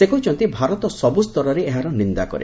ସେ କହିଛନ୍ତି ଭାରତ ସବୁ ସ୍ତରରେ ଏହାର ନିନ୍ଦା କରେ